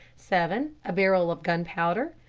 seven. a barrel of gunpowder.